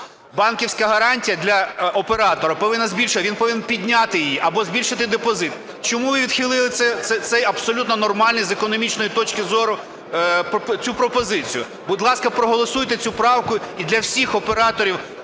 банківська гарантія для оператора повинна збільшуватись, він повинен підняти її, або збільшити депозит. Чому відхилили цю абсолютно нормальну з економічної точки зору пропозицію? Будь ласка, проголосуйте цю правку. І для всіх операторів